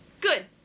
Good